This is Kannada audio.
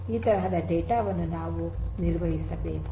ಈ ತರಹದ ಡೇಟಾ ವನ್ನು ನಾವು ನಿರ್ವಹಿಸಬೇಕು